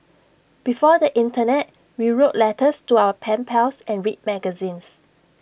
before the Internet we wrote letters to our pen pals and read magazines